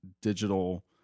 digital